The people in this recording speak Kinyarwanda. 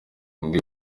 indi